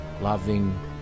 loving